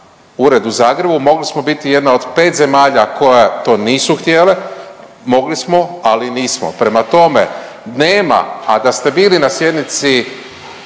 ured u Zagrebu, mogli smo biti jedna od 5 zemalja koja to nisu htjele. Mogli smo, ali nismo. Prema tome, nema, a da ste bili na sjednici